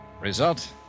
Result